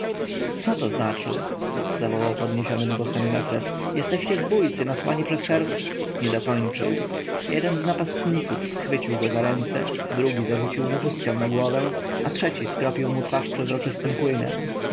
co to znaczy zawołał podniesionym głosem mefres jesteście zbójcy nasłani przez her nie dokończył jeden z napastników schwycił go za ręce drugi zarzucił mu chustkę na głowę a trzeci skropił mu twarz przezroczystym płynem